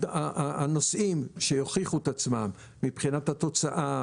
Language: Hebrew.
הנושאים שיוכיחו את עצמם מבחינת התוצאה,